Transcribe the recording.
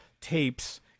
tapes